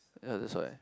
ya that's why